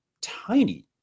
tiny